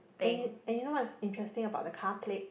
and y~ and you know what's interesting about the car plate